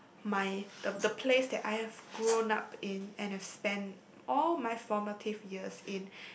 my the the place that I have grown up in and a spent all my formative years in